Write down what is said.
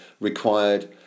required